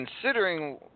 considering